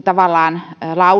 tavallaan sentyyppistä